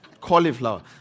Cauliflower